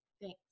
Thanks